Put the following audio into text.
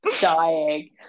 dying